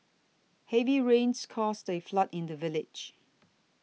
heavy rains caused a flood in the village